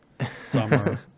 summer